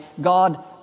God